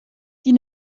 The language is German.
die